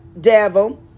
devil